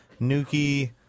Nuki